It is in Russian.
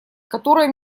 которое